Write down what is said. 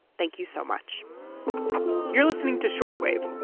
thank you so much you're listening to short wave